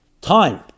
time